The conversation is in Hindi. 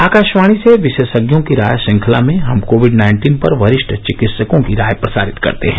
आकाशवाणी से विशेषज्ञों की राय श्रृंखला में हम कोविड नाइन्टीन पर वरिष्ठ चिकित्सकों की राय प्रसारित करते हैं